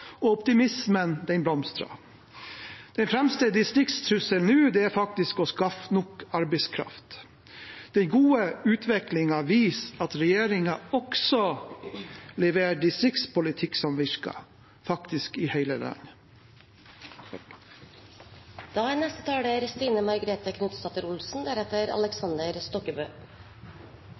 og optimismen blomstrer. Den fremste distriktstrusselen nå går på å skaffe nok arbeidskraft. Den gode utviklingen viser at regjeringen også leverer distriktspolitikk som virker – faktisk i hele landet. Norge står overfor mange utfordringer i årene som kommer. Derfor er